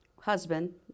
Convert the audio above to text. husband